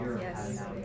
Yes